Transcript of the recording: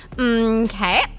Okay